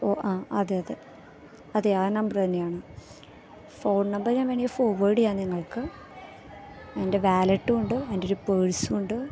ഓ ആ അതേ അതേ അതേ ആ നമ്പർ തന്നെയാണ് ഫോൺ നമ്പർ വേണേൽ ഞാൻ ഫോർവർഡ് ചെയ്യാം നിങ്ങൾക്ക് എൻ്റെ വാലറ്റുമുണ്ട് എൻ്റെ ഒരു പ്പേഴ്സുമുണ്ട്